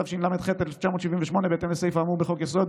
התשל"ח 1978. בהתאם לסעיף האמור בחוק-היסוד,